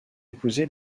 épousé